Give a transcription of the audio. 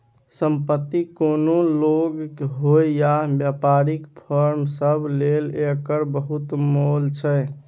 संपत्ति कोनो लोक होइ या बेपारीक फर्म सब लेल एकर बहुत मोल छै